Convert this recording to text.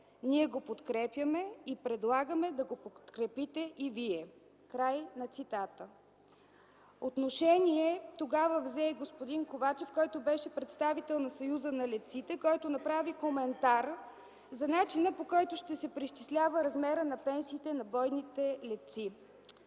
Ние го подкрепяме и предлагаме да го подкрепите и вие.” Отношение тогава взе и господин Ковачев, който беше представител на Съюза на летците. Той направи коментар за начина, по който ще се преизчислява размерът на пенсиите на военните летци.